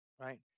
Right